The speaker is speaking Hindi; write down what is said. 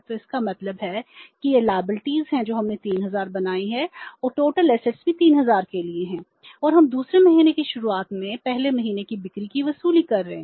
तो इसका मतलब है कि यह देनदारियां हैं जो हमने 3000 बनाई हैं और कुल संपत्ति भी 3000 रुपये के लिए है और हम दूसरे महीने की शुरुआत में पहले महीने की बिक्री की वसूली कर रहे हैं